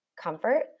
comfort